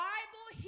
Bible